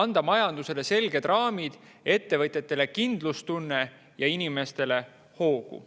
anda majandusele selged raamid, ettevõtjatele kindlustunne ja inimestele hoogu.